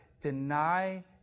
deny